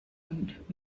und